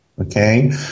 okay